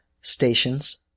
Stations